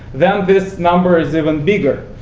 then this number is even bigger.